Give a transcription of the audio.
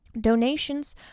Donations